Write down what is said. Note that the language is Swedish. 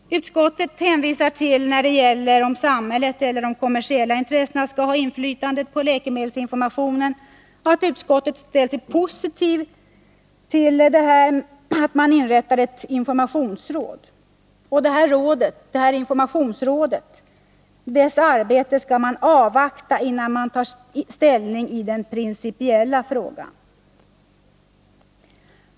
Utskottet hänvisar till, när det gäller om samhället eller de kommersiella intressena skall ha inflytande på läkemedelsinformationen, att utskottet ställt sig positivt till att man inrättar ett informationsråd. Och detta råds arbete skall man avvakta, innan man tar ställning i den principiella frågan.